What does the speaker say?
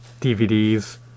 DVDs